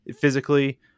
physically